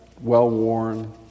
well-worn